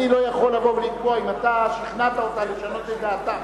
אני לא יכול לבוא ולקבוע אם אתה שכנעת אותה לשנות את דעתה,